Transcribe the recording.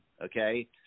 okay